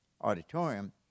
auditorium